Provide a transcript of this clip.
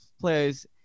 players